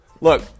look